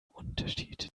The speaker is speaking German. unterschied